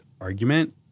argument